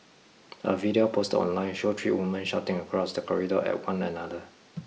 a video posted online showed three women shouting across the corridor at one another